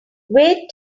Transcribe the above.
wait